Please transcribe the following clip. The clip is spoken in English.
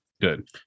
Good